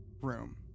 room